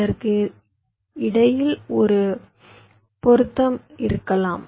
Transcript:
இதற்கும் இதற்கும் இடையில் ஒரு பொருத்தம் இருக்கலாம்